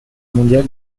mondial